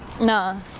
no